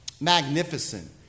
magnificent